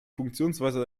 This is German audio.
funktionsweise